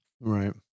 Right